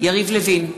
יריב לוין,